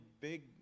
big